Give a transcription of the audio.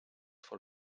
for